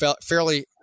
fairly